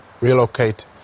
relocate